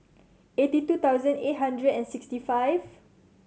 eighty two thousand eight hundred and sixty five